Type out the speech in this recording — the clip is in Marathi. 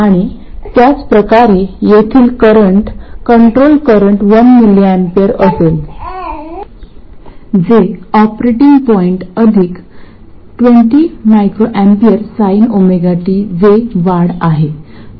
आणि त्याचप्रकारे येथील करंट कंट्रोल करंट 1mA असेल जे ऑपरेटिंग पॉईंट अधिक 20µA sinωt जे वाढ आहे